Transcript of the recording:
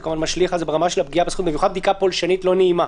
זה משליך על זה ברמת הפגיעה בזכות - במיוחד בדיקה פולשנית לא נעימה.